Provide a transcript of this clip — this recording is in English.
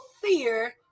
fear